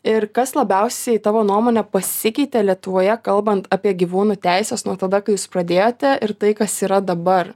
ir kas labiausiai tavo nuomone pasikeitė lietuvoje kalbant apie gyvūnų teises nuo tada kai jūs pradėjote ir tai kas yra dabar